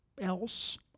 else